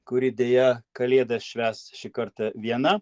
kuri deja kalėdas švęs šį kartą viena